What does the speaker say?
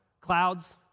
Clouds